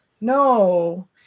no